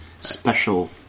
special